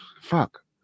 Fuck